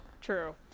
true